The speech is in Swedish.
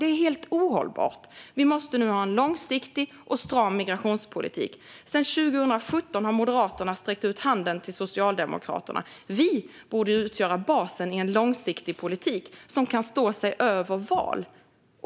Det där är helt ohållbart. Vi måste nu ha en långsiktig och stram migrationspolitik. Sedan 2017 har Moderaterna sträckt ut handen till Socialdemokraterna. Vi båda borde utgöra basen i en långsiktig politik som kan stå sig över val.